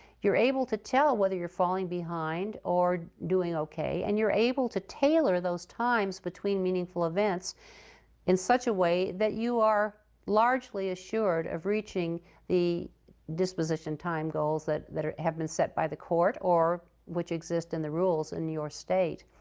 you're able to tell whether you're falling behind or doing ok, and you're able to tailor those times between meaningful events in such a way that you are largely assured of reaching the disposition time goals that that have been set by the court or which exist in the rules in your state.